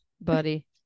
buddy